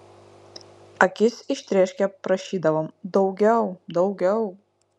akis ištrėškę prašydavom daugiau daugiau